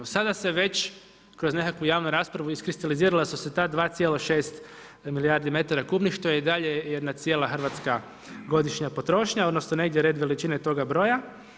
Sada se već kroz nekakvu javnu raspravu iskristalizirala su se ta 2,6 milijardi metara kubnih što je i dalje jedna cijela Hrvatska godišnja potrošnja, odnosno negdje red veličine toga broja.